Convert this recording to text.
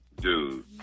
dude